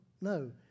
No